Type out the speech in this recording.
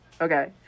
okay